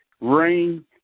rain